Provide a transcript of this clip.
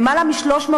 למעלה מ-350